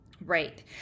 Right